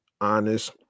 honest